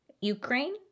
Ukraine